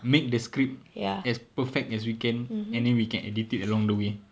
make the script as perfect as we can and then we can edit it along the way